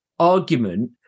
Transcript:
argument